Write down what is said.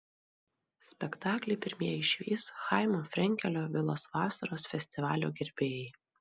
spektaklį pirmieji išvys chaimo frenkelio vilos vasaros festivalio gerbėjai